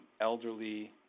elderly